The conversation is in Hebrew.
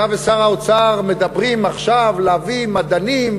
אתה ושר האוצר מדברים עכשיו על להביא מדענים,